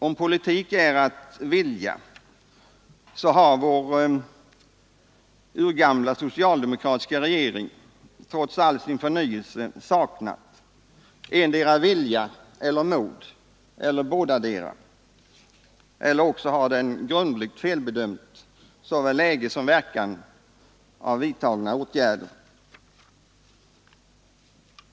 Om politik är att vilja, så har vår urgamla socialdemokratiska regering trots all sin förnyelse saknat endera vilja eller mod — eller bådadera — eller också har den grundligt felbedömt såväl läget som verkan av vidtagna åtgärder.